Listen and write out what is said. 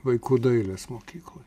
vaikų dailės mokykloj